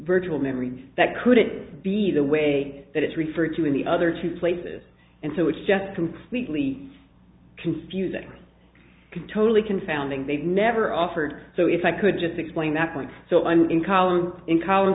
virtual memory that could it be the way that it's referred to in the other two places and so it's just completely confusing totally confounding they never offered so if i could just explain that point so i'm in column in col